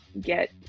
get